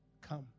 Come